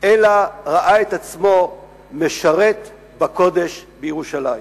אלא ראה את עצמו משרת בקודש בירושלים.